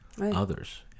others